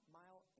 mile